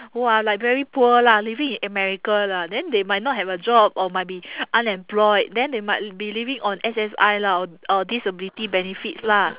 who are like very poor lah living in america lah then they might not have a job or might be unemployed then they might be living on S_S_I lah or disability benefits lah